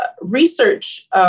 research